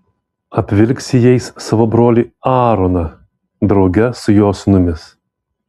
apvilksi jais savo brolį aaroną drauge su jo sūnumis